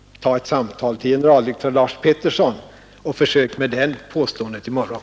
Ta ett samtal med generaldirektör Lars Peterson och försök med det påståendet i morgon.